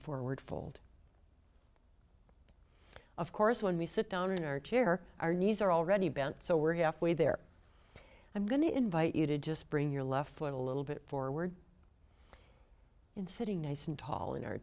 forward fold of course when we sit down in our chairs our knees are already bent so we're halfway there i'm going to invite you to just bring your left foot a little bit forward in sitting nice and tall in